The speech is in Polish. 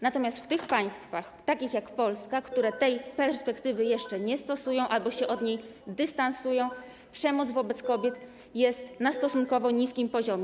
Natomiast w tych państwach, takich jak Polska, które tej perspektywy jeszcze nie stosują albo się od niej dystansują, przemoc wobec kobiet jest na stosunkowo niskim poziomie.